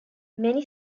many